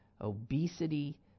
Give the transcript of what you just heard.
obesity